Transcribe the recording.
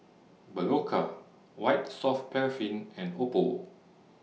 Berocca White Soft Paraffin and Oppo